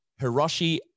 hiroshi